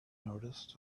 noticed